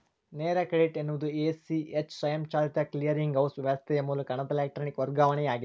ನೇರ ಕ್ರೆಡಿಟ್ ಎನ್ನುವುದು A, C, H ಸ್ವಯಂಚಾಲಿತ ಕ್ಲಿಯರಿಂಗ್ ಹೌಸ್ ವ್ಯವಸ್ಥೆಯ ಮೂಲಕ ಹಣದ ಎಲೆಕ್ಟ್ರಾನಿಕ್ ವರ್ಗಾವಣೆಯಾಗಿದೆ